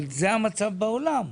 אבל זה המצב בעולם.